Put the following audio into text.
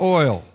oil